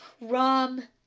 rum